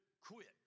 quit